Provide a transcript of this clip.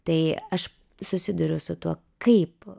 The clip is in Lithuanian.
tai aš susiduriu su tuo kaip